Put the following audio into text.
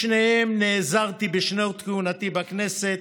בשניהם נעזרתי בשנות כהונתי בכנסת